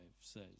says